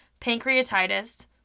pancreatitis